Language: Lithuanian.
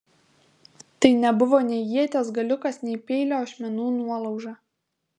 tai nebuvo nei ieties galiukas nei peilio ašmenų nuolauža